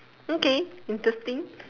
okay interesting